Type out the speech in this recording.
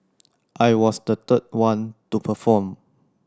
I was the third one to perform